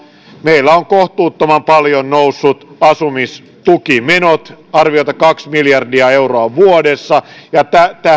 meillä ovat kohtuuttoman paljon nousseet asumistukimenot arviolta kaksi miljardia euroa vuodessa ja tähän